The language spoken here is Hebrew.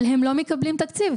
אבל הם לא מקבלים תקציב.